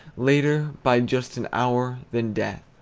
later by just an hour than death,